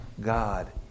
God